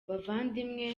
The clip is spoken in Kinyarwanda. bavandimwe